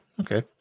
Okay